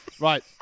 Right